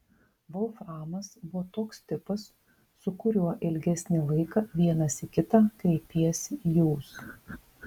volframas buvo toks tipas su kuriuo ilgesnį laiką vienas į kitą kreipiesi jūs